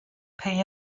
pay